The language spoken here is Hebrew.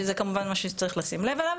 שזה כמובן משהו שנצטרך לשים לב אליו,